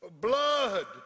blood